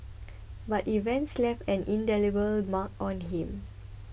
but events left an indelible mark on him